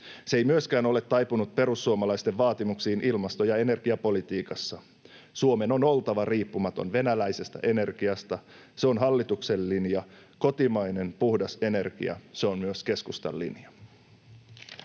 Se ei myöskään ole taipunut perussuomalaisten vaatimuksiin ilmasto‑ ja energiapolitiikassa. Suomen on oltava riippumaton venäläisestä energiasta. Se on hallituksen linja. Kotimainen, puhdas energia, se on myös keskustan linja.